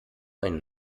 einen